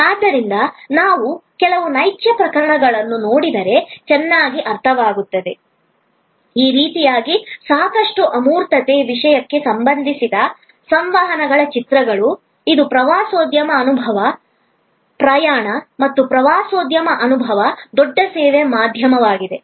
ಆದ್ದರಿಂದ ನಾವು ಕೆಲವು ನೈಜ ಪ್ರಕರಣಗಳನ್ನು ನೋಡಿದರೆ ಚೆನ್ನಾಗಿ ಅರ್ಥವಾಗುತ್ತದೆ ಈ ರೀತಿಯಾಗಿ ಸಾಕಷ್ಟು ಅಮೂರ್ತ ವಿಷಯಕ್ಕೆ ಸಂಬಂಧಿಸಿದ ಸಂವಹನಗಳ ಚಿತ್ರಗಳು ಇದು ಪ್ರವಾಸೋದ್ಯಮ ಅನುಭವ ಪ್ರಯಾಣ ಮತ್ತು ಪ್ರವಾಸೋದ್ಯಮ ಅನುಭವ ದೊಡ್ಡ ಸೇವಾ ಉದ್ಯಮವಾಗಿದೆ